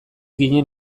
ginen